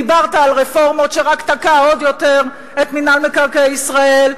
דיברת על רפורמות שרק תקעו עוד יותר את מינהל מקרקעי ישראל,